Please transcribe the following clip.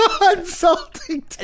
Insulting